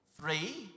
Three